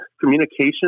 communication